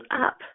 up